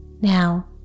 Now